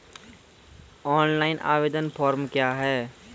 Online आवेदन form क्या हैं?